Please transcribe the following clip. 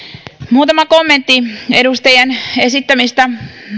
muutama kommentti edustajien esittämistä